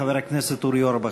חבר הכנסת אורי אורבך.